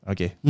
Okay